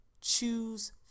Choose